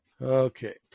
Okay